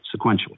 sequentially